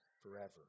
forever